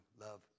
Love